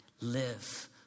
Live